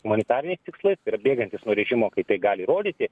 humanitariniais tikslais tai yra bėgantys nuo režimo kai tai gali rodyti